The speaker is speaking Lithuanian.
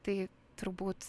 tai turbūt